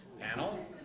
Panel